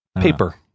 Paper